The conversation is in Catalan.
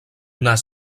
nas